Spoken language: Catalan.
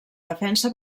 defensa